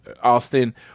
Austin